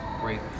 great